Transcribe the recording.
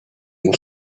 and